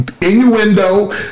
innuendo